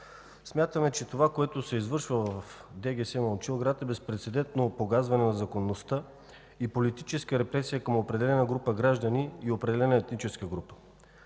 Смятаме, че това, което се извършва в ДГС – Момчилград, е безпрецедентно погазване на законността и политическа репресия към определена група граждани и определена етническа група.